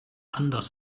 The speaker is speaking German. anders